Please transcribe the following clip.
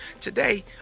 Today